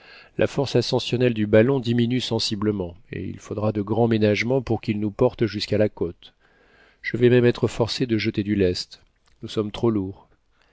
la force ascensionnelle du ballon diminue sensiblement et il faudra de grands ménagements pour qu'il nous porte jusqu'à la côte je vais même être forcé de jeter du lest nous sommes trop lourds